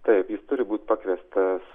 taip jis turi būt pakviestas